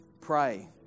pray